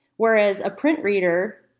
whereas a print reader,